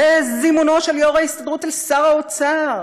וזימונו של יו"ר ההסתדרות אל שר האוצר,